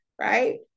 right